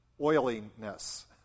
oiliness